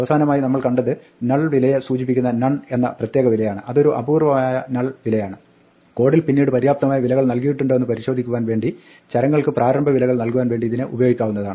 അവസാനമായി നമ്മൾ കണ്ടത് നൾ വിലയെ സൂചിപ്പിക്കുന്ന നൺ എന്ന പ്രത്യേക വിലയെയാണ് അതൊരു അപൂർവ്വമായ നൾ വിലയാണ് കോഡിൽ പിന്നീട് പര്യാപ്തമായ വിലകൾ നൽകിയിട്ടുണ്ടോ എന്ന് പരിശോധിക്കുവാൻ വേണ്ടി ചരങ്ങൾക്ക് പ്രാരംഭവിലകൾ നൽകുവാൻ വേണ്ടി ഇതിനെ ഉപയോഗിക്കാവുന്നതാണ്